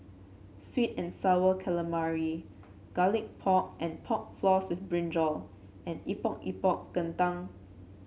sweet and sour calamari Garlic Pork and Pork Floss with brinjal and Epok Epok Kentang